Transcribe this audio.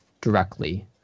directly